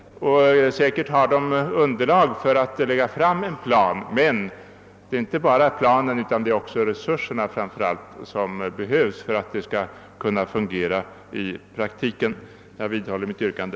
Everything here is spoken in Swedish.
Säkert har därför verket underlag för att lägga fram en plan. Men det räcker inte med en plan, utan det behövs också resurser för att systemet skall kunna fungera i praktiken. Jag vidhåller mitt yrkande.